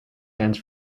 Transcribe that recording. hands